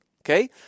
Okay